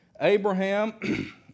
Abraham